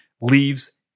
leaves